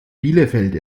bielefeld